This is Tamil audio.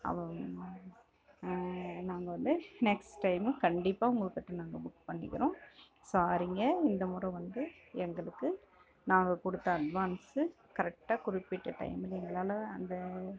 அவ்வளோ நாங்கள் வந்து நெக்ஸ்ட் டைமு கண்டிப்பாக உங்கள் கிட்டே நாங்கள் புக் பண்ணிக்கிறோம் சாரிங்க இந்த முறை வந்து எங்களுக்கு நாங்கள் கொடுத்த அட்வான்ஸு கரெக்ட்டாக குறிப்பிட்ட டைம் எங்களால் அந்த